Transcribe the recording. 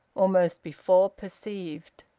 almost before perceived!